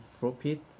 profit